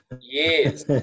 yes